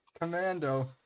commando